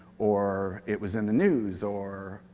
or it was in the news, or,